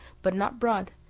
but not broad,